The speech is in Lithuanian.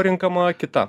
parenkama kita